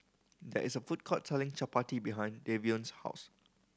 there is a food court selling Chapati behind Davion's house